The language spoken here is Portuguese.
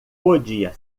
podia